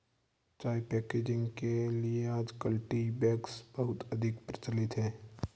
चाय पैकेजिंग के लिए आजकल टी बैग्स बहुत अधिक प्रचलित है